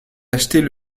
acheter